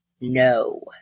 no